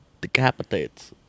decapitates